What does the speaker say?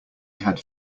had